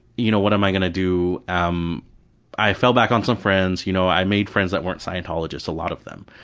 you know what am i going to do? i fell back on some friends. you know i made friends that weren't scientologists, a lot of them.